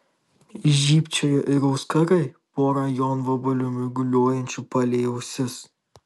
žybčiojo ir auskarai pora jonvabalių mirguliuojančių palei ausis